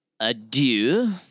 Adieu